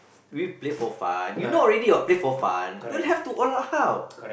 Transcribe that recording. we play for fun you know already what play for fun don't have to all out